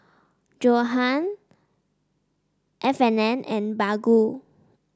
Johan F and N and Baggu